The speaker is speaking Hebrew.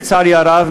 לצערי הרב,